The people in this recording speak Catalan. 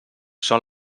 són